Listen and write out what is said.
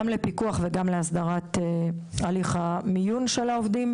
לפיקוח וגם להסדרת הליך המיון של העובדים.